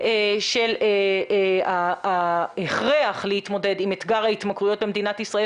של ההכרח להתמודד עם אתגר ההתמכרויות במדינת ישראל.